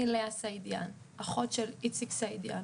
אני לאה סעידיאן, אחות של איציק סעידיאן